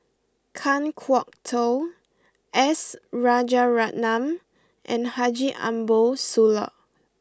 Kan Kwok Toh S Rajaratnam and Haji Ambo Sooloh